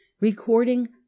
Recording